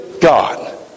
God